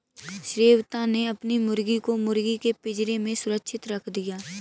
श्वेता ने अपनी मुर्गी को मुर्गी के पिंजरे में सुरक्षित रख दिया